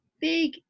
big